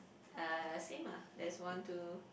uh same ah there's one two